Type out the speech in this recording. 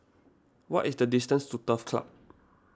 what is the distance to Turf Club